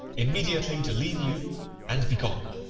immediately to leave you and be gone.